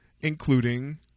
Including